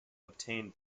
obtain